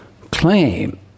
claim